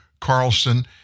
Carlson